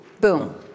Boom